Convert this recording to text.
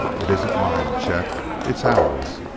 it isn't mine, chet it's ours.